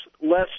less